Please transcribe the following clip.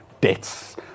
debts